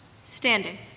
Standing